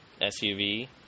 SUV